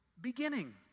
beginning